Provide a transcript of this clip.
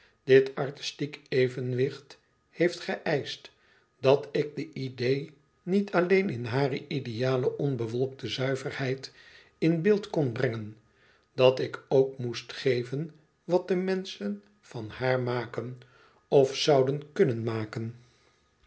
dit artistiek evenwicht heeft geëischt dat ik de idee niet alleen in hare ideale onbewolkte zuiverheid in beeld kon brengen dat ik ook moest geven wat de menschen van haar maken of zouden kunnen maken